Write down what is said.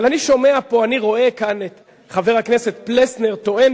אבל אני רואה כאן את חבר הכנסת פלסנר טוען